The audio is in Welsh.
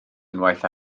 unwaith